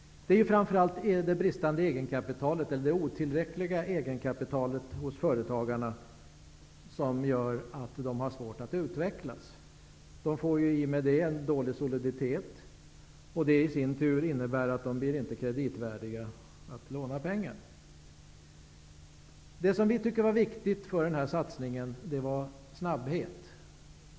Det är framför allt det otillräckliga egenkapitalet hos företagen som gör att de har svårt att utvecklas. De får i och med detta en dålig soliditet, vilket i sin tur innebär att de inte blir kreditvärdiga och inte kan låna pengar. Det som vi tycker var viktigt för denna satsning var snabbhet.